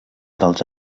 dels